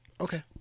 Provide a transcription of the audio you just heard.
Okay